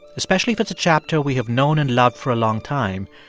especially if it's a chapter we have known and loved for a long time,